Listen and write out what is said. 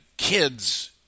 kids